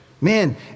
Man